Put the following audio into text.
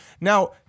Now